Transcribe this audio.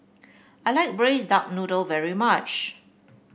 I like Braised Duck Noodle very much